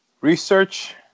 Research